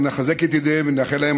ולחזק את ידיהם כדי להביא